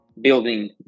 building